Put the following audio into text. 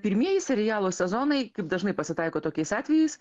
pirmieji serialo sezonai kaip dažnai pasitaiko tokiais atvejais